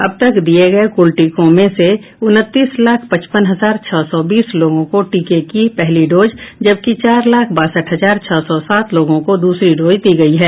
अब तक दिये गये कुल टीकों में से उनतीस लाख पचपन हजार छह सौ बीस लोगों को टीके की पहली डोज जबकि चार लाख बासठ हजार छह सौ सात लोगों को दूसरी डोज दी गयी है